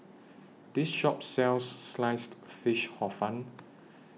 This Shop sells Sliced Fish Hor Fun